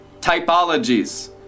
typologies